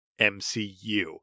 MCU